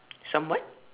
some what